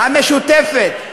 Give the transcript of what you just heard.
המשותפת,